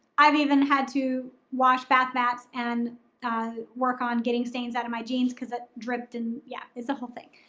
i've even had to wash bathmats and work on getting stains out of my jeans cause it dripped in, yeah, it's a whole thing.